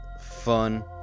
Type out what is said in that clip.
fun